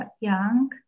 young